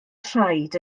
traed